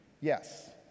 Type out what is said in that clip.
Yes